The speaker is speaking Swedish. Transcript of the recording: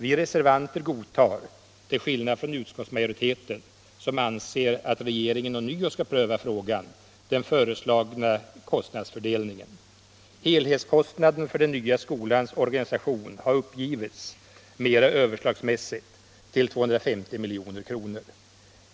Vi reservanter godtar — till skillnad från utskottsmajoriteten, som anser att regeringen ånyo skall pröva frågan — den föreslagna kostnadsfördelningen. Helhetskostnaden för den nya skolans organisation har uppgivits, mera överslagsmässigt, till 250 milj.kr.